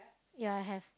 ya I have